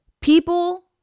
People